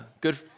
Good